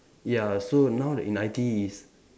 ya so now that in I_T_E is